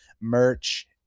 Merch